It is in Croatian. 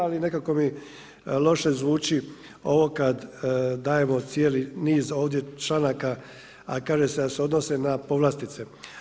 Ali nekako mi loše zvuči ovo kad dajemo cijeli niz ovdje članaka, a kaže se da se odnose na povlastice.